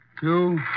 two